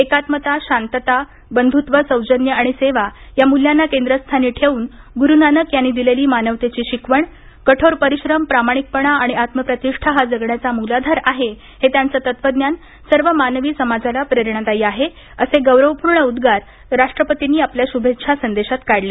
एकात्मताशांतताबंधुत्व सौजन्य आणि सेवा या मुल्यांना केंद्रस्थानी ठेवून गुरु नानक यांनी दिलेली मानवतेची शिकवण कठोर परिश्रम प्रामाणिकपणा आणि आत्मप्रतिष्ठा हा जगण्याचा मूलाधार आहे हे त्याचं तत्वज्ञान सर्व मानवी समाजाला प्रेरणादायी आहे असे गौरवपूर्ण उद्गार राष्ट्रपतींनी आपल्या शुभेच्छा संदेशात काढले